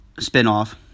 spinoff